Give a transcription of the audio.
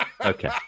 Okay